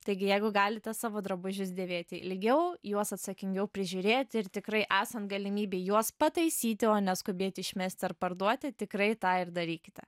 taigi jeigu galite savo drabužius dėvėti ilgiau juos atsakingiau prižiūrėti ir tikrai esant galimybei juos pataisyti o ne skubėti išmesti ar parduoti tikrai tą ir darykite